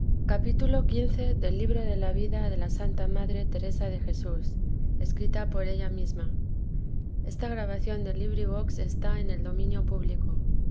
de jesús tomo i vida de ía santa madre teresa de jesús escrita por ella misma pro